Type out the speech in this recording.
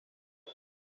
work